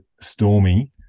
Stormy